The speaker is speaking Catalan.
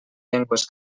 llengües